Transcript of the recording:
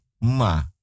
ma